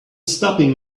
stopping